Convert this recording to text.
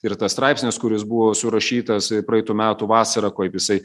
ir tas straipsnis kuris buvo surašytas praeitų metų vasarą kaip jisai